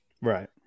right